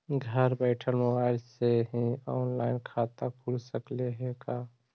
घर बैठल मोबाईल से ही औनलाइन खाता खुल सकले हे का?